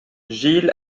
gil